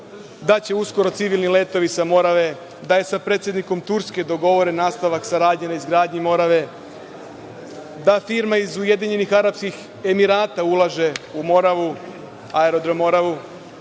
da će uskoro civilni letovi sa Morave, da je sa predsednikom Turske dogovoren nastavak saradnje na izgradnji Morave, da firma iz Ujedinjenih Arapskih Emirata ulaže u Moravu, aerodrom Moravu.